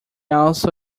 also